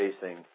facing